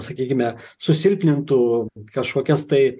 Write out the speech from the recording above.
sakykime susilpnintų kažkokias tai